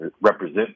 represent